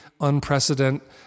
unprecedented